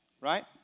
right